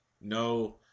no